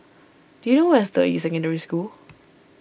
do you know where is Deyi Secondary School